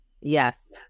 Yes